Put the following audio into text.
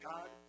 God